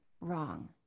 wrong